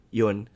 yun